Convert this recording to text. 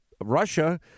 Russia